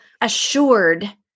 assured